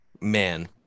man